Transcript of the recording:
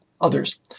others